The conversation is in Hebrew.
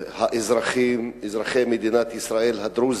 שאזרחים, אזרחי מדינת ישראל הדרוזים,